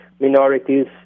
minorities